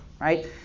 right